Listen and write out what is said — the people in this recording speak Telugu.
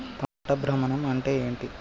పంట భ్రమణం అంటే ఏంటి?